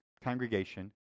congregation